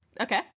Okay